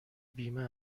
بیمه